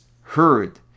heard